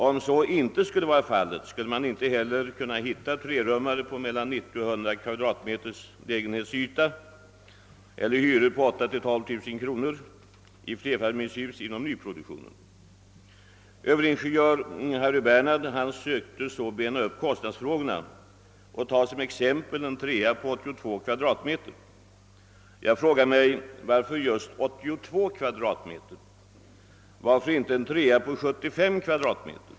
Om så inte vore fallet, skulle man inte heller kunna hitta trerummare på mellan 90 och 100 kvadratmeters lägenhetsyta eller hyror på mellan 8 000 och 12000 kronor i flerfamiljshus i nyproduktionen. Överingenjör Harry Bernhard söker så bena upp kostnadsfrågorna och tar som exempel en trea på 82 kvadratmeter. Jag frågar mig: Varför just 82 kvadratmeter? Varför inte en trea på 75 kvadratmeter?